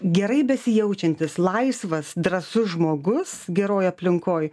gerai besijaučiantis laisvas drąsus žmogus geroj aplinkoj